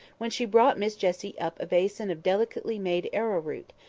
when she brought miss jessie up a basin of delicately-made arrowroot,